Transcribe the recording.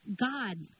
God's